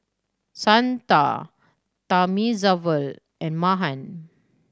Santha Thamizhavel and Mahan